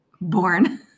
born